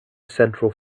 central